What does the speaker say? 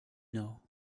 know